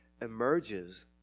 emerges